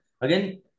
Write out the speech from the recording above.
again